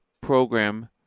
program